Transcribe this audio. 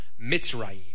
Mitzrayim